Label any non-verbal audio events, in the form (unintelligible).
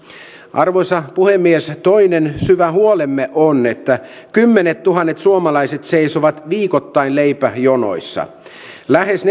arvoisa puhemies toinen syvä huolemme on että kymmenettuhannet suomalaiset seisovat viikoittain leipäjonoissa lähes (unintelligible)